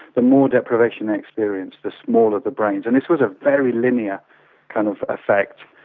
the more deprivation they experienced, the smaller the brains, and this was a very linear kind of effect,